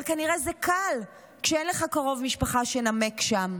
אבל כנראה זה קל, כשאין לך קרוב משפחה שנמק שם.